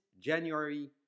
January